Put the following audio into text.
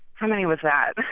how many was that?